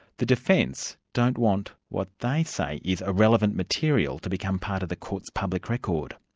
the defence don't want what they say is irrelevant material to become part of the court's public record.